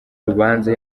rubanza